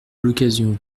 l’occasion